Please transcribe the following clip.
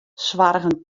soargen